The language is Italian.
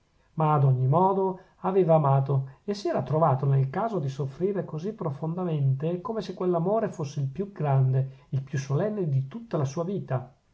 ma ad ogni modo aveva amato e si era trovato nel caso di soffrire così profondamente come se quell'amore fosse il più grande il più solenne di tutta la sua vita